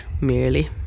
merely